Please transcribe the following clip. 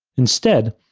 instead,